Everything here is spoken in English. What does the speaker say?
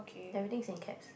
everything is in caps